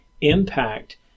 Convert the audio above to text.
impact